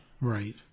Right